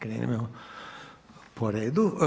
Krenimo po redu.